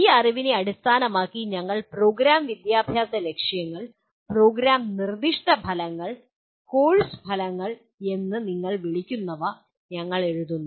ഈ അറിവിനെ അടിസ്ഥാനമാക്കി ഞങ്ങൾ പ്രോഗ്രാം വിദ്യാഭ്യാസ ലക്ഷ്യങ്ങൾ പ്രോഗ്രാം നിർദ്ദിഷ്ട ഫലങ്ങൾ കോഴ്സ് ഫലങ്ങൾ എന്ന് നിങ്ങൾ വിളിക്കുന്നവ ഞങ്ങൾ എഴുതുന്നു